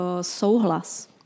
souhlas